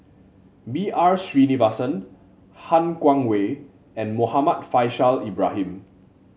B R Sreenivasan Han Guangwei and Muhammad Faishal Ibrahim